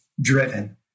driven